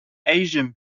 asian